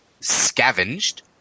scavenged